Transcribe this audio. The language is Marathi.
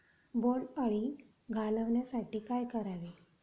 बोंडअळी घालवण्यासाठी काय करावे?